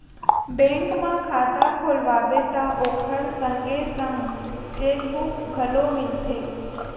bank म खाता खोलवाबे त ओखर संगे संग चेकबूक घलो मिलथे